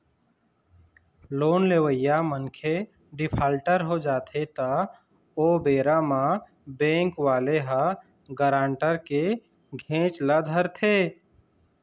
loan लेवइया मनखे defaulter हो जाथे त ओ बेरा म बेंक वाले ह गारंटर के घेंच ल धरथे